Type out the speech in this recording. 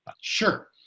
sure